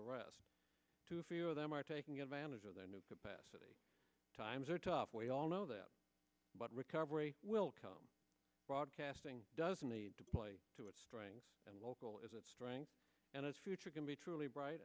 the rest a few of them are taking advantage of their new capacity times are tough we all know that but recovery will come broadcasting doesn't need to play to its strengths and local is its strength and its future can be truly bright